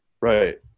Right